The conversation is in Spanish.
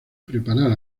preparar